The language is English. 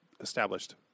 established